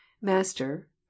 master